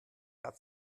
hat